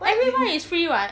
everyone is free [what]